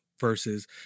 versus